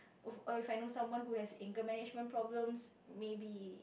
if if I know someone who has anger management problems maybe